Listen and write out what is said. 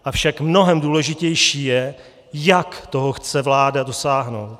Avšak mnohem důležitější je, jak toho chce vláda dosáhnout.